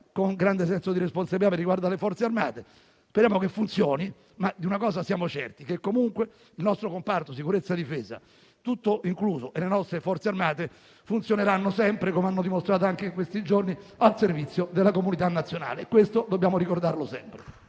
con grande senso di responsabilità per riguardo alle Forze armate. Speriamo che funzioni, ma di una cosa siamo certi: che il nostro comparto di sicurezza e difesa, complessivamente inteso, e le nostre Forze armate funzioneranno sempre, come hanno dimostrato anche in questi giorni, al servizio della comunità nazionale. Questo dobbiamo ricordarlo sempre.